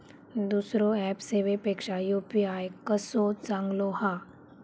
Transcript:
दुसरो ऍप सेवेपेक्षा यू.पी.आय कसो चांगलो हा?